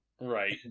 Right